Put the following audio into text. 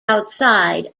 outside